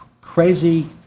crazy